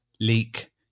leak